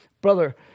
Brother